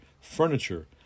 furniture